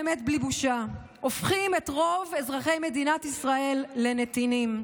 באמת בלי בושה הופכים את רוב אזרחי מדינת ישראל לנתינים.